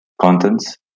contents